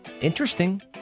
Interesting